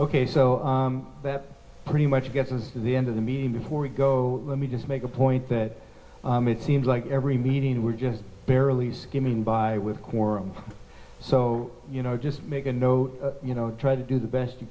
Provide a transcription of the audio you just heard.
so that pretty much gets is the end of the meeting before we go let me just make a point that it seems like every meeting we're just barely skimming by with a quorum so you know just make a note you know try to do the best you